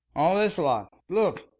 all this lot. look!